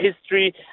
history